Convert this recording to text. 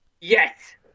Yes